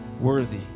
Worthy